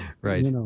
Right